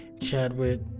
Chadwick